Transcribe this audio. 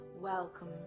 Welcome